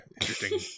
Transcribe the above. interesting